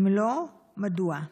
4. אם לא, מדוע?